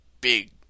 big